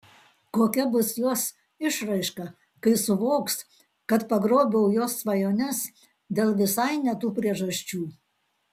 kokia bus jos išraiška kai suvoks kad pagrobiau jos svajones dėl visai ne tų priežasčių